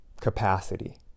capacity